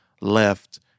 left